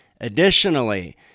Additionally